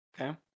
Okay